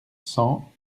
cent